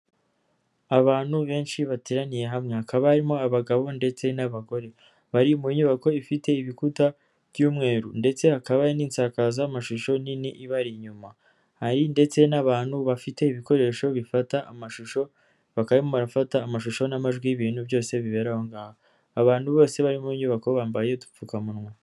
Abantu benshi bateraniye hamwe, hakaba harimo abagabo ndetse n'abagore, bari mu nyubako ifite ibikuta by'umweru ndetse hakaba n'insakazamashusho nini ibari inyuma, hari ndetse n'abantu bafite ibikoresho bifata amashusho, bakaba barimo barafata amashusho n'amajwi y'ibintu byose bibera aho ngaho, abantu bose bari mu nyubako bambaye udupfukamunwa.